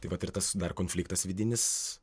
taip pat ir tas dar konfliktas vidinis